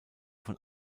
von